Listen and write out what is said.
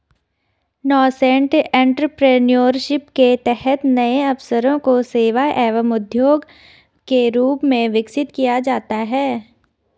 nascent entrepreneurship के तहत नए अवसरों को सेवा एवं उद्यम के रूप में विकसित किया जाता है